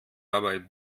arbeit